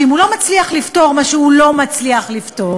שאם הוא לא מצליח לפתור מה שהוא לא מצליח לפתור,